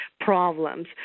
problems